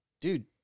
dude